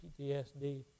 PTSD